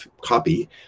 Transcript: copy